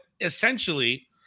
essentially